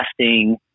testing